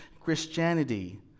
Christianity